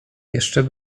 jeszcze